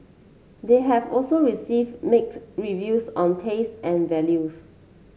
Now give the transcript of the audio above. they have also receive mixed reviews on taste and values